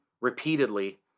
repeatedly